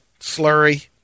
slurry